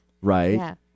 Right